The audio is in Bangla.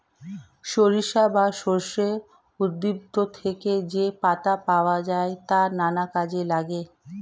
সরিষা বা সর্ষে উদ্ভিদ থেকে যে পাতা পাওয়া যায় তা নানা কাজে লাগে